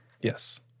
Yes